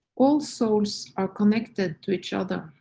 all souls are connected to each other.